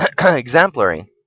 exemplary